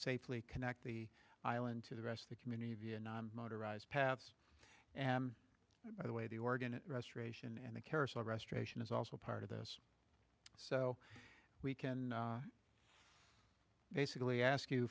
safely connect the island to the rest of the community vietnam motorized paths and by the way the organ restoration and the carousel restoration is also part of this so we can basically ask you